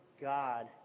God